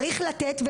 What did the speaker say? צריך לתת.